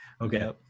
Okay